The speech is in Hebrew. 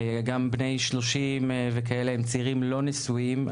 גם בני 30 וכאלה הם צעירים לא נשואים.